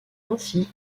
ainsi